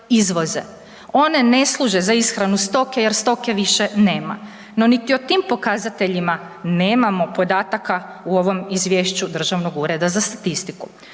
izvoze. One ne služe za ishranu stoke jer stoke više nema. No ni o tim pokazateljima nemamo podataka u ovome izvješću Državnog ureda za statistiku.